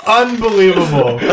unbelievable